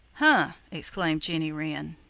huh! exclaimed jenny wren.